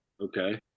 Okay